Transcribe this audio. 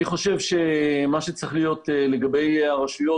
אני חושב שמה שצריך להיות לגבי הרשויות